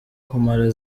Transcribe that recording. kumara